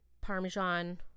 Parmesan